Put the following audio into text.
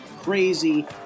crazy